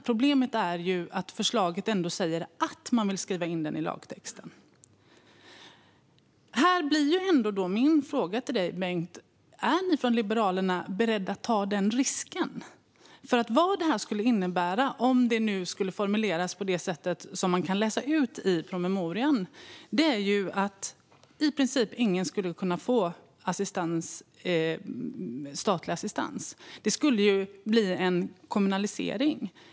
Problemet är det står i förslaget att man vill skriva in den i lagtexten. Min fråga till Bengt Eliasson blir då: Är ni från Liberalerna beredda att ta denna risk? Det som detta skulle innebära, om det nu formuleras på det sätt som kan utläsas i promemorian, är att i princip ingen skulle kunna få statlig assistans, utan det skulle bli en kommunalisering.